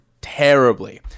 terribly